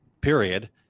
period